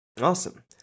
awesome